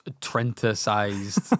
Trenta-sized